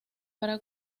para